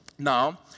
Now